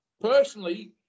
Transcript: personally